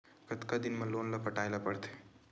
कतका दिन मा लोन ला पटाय ला पढ़ते?